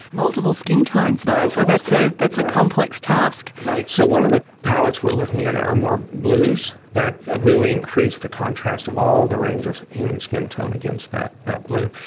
multiple skin tones, though, so that's ah that's a complex task. right. so one of the palettes we're looking at are more blues that really increase the contrast of all the range of human skin tone against that that blue.